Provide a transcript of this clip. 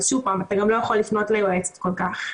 אז אתה גם לא יכול לפנות ליועצת כל כך.